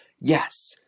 yes